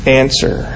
answer